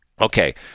Okay